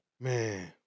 Man